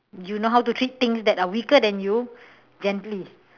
you know how to treat things that are weaker than you gently